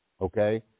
Okay